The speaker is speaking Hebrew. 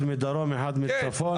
אחד מדרום ואחד מצפון?